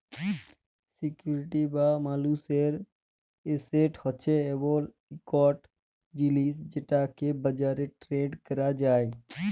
security বা মালুসের asset হছে এমল ইকট জিলিস যেটকে বাজারে টেরেড ক্যরা যায়